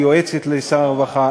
שהיא יועצת לשר הרווחה,